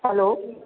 hello